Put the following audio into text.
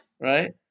right